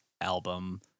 album